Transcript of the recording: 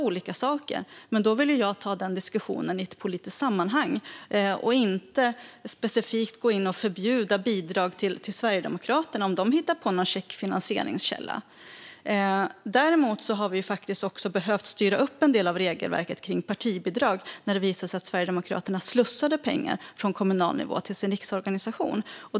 Men den diskussionen vill jag ta i ett politiskt sammanhang. Jag vill inte gå in och specifikt förbjuda bidrag till Sverigedemokraterna, om de hittar på någon käck finansieringskälla. Dock har vi behövt styra upp en del av regelverket för partibidrag. Det visade sig nämligen att Sverigedemokraterna slussade pengar från kommunal nivå till sin riksorganisation.